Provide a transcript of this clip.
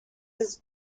his